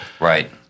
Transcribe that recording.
Right